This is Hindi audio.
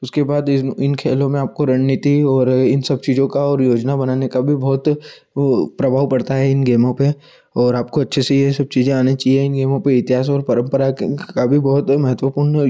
उसके बाद इन खेलों में आपको रणनीति ओर इन सब चीज़ों का और योजना बनाने का भी बहुत वह प्रभाव पड़ता है इन गेमों पर ओर आपको अच्छे से यह सब चीज़ें आने चाहिए इन गेमों पर इतिहास और परम्परा का भी बहोत महत्वपूर्ण